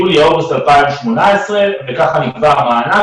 יולי-אוגוסט 2018 וכך נקבע המענק.